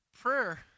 Prayer